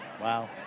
Wow